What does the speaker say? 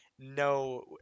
No